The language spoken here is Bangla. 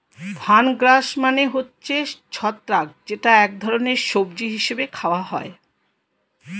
ফানগাস মানে হচ্ছে ছত্রাক যেটা এক ধরনের সবজি হিসেবে খাওয়া হয়